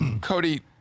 Cody